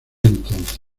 entonces